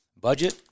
Budget